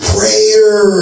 Prayer